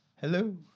Hello